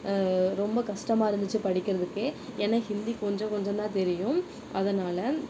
ரொம்ப கஷ்டமாக இருந்துச்சு படிக்கிறதுக்கே ஏன்னா ஹிந்தி கொஞ்சம் கொஞ்சம் தான் தெரியும் அதனால்